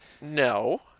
No